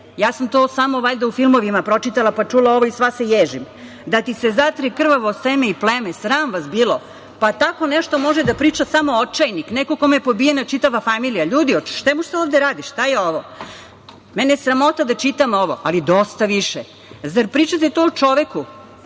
Ja sam to samo, valjda, u filmovima pročitala pa čula ovo i sva se ježim: „Da ti se zatre krvavo seme i pleme“. Sram vas bilo! Tako nešto može da priča samo očajnik, neko kome je pobijena čitava familija. Ljudi, o čemu se ovde radi? Šta je ovo? Mene je sramota da čitam ovo, ali dosta više. Zar pričate to o čoveku